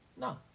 No